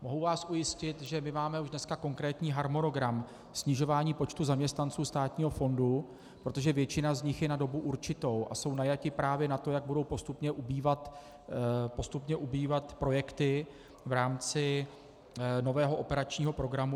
Mohu vás ujistit, že my už máme dneska konkrétní harmonogram snižování počtu zaměstnanců státního fondu, protože většina z nich je na dobu určitou a jsou najati právě na to, jak budou postupně ubývat projekty v rámci nového operačního programu.